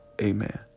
amen